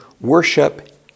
worship